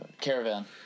Caravan